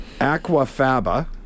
Aquafaba